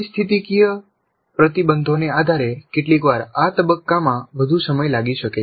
પરિસ્થિતિકીય પ્રતિબંધોને આધારે કેટલીકવાર આ તબક્કામાં વધુ સમય લાગી શકે છે